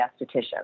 esthetician